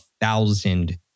thousand